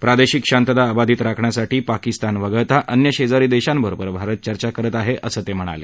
प्रादेशिक शांतता अबाधित राखण्यासाठी पाकिस्तान वगळता अन्य शेजारी देशांबरोबर भारत चर्चा करत आहे असं ते म्हणाले